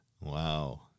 Wow